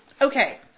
Okay